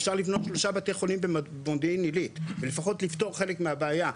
אפשר לבנות שלושה בתי חולים במודיעין עילית ולפחות לפתור חלק מהבעיה.